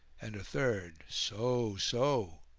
and a third, so! so!